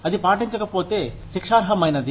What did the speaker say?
అది పాటించకపోతే శిక్షార్హమైనది